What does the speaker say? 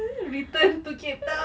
return to cape town